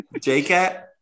J-Cat